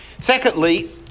Secondly